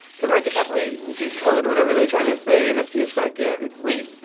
cause i could definitely decode whatever they're trying to say in a few seconds. wait,